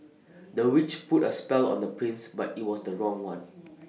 the witch put A spell on the prince but IT was the wrong one